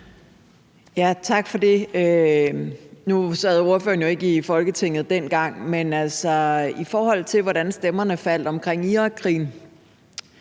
Tak for det. Nu sad ordføreren jo ikke i Folketinget, dengang stemmerne faldt omkring Irakkrigen,